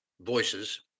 voices